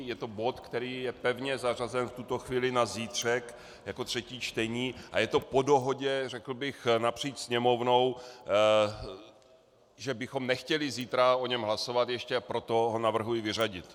Je to bod, který je pevně zařazen v tuto chvíli na zítřek jako třetí čtení, a je to po dohodě řekl bych napříč Sněmovnou, že bychom nechtěli zítra o něm hlasovat ještě, proto ho navrhuji vyřadit.